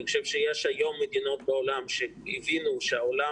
אני חושב שיש היום מדינות בעולם שהבינו שהעולם